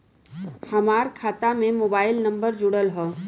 हमार खाता में मोबाइल नम्बर जुड़ल हो?